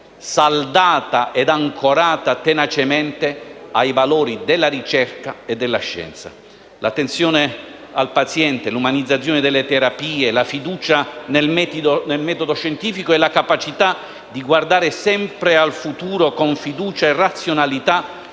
saldata e ancorata tenacemente ai valori della ricerca e della scienza. L'attenzione al paziente, l'umanizzazione delle terapie, la fiducia nel metodo scientifico e la capacità di guardare sempre al futuro con fiducia e razionalità